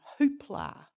hoopla